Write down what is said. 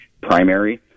primary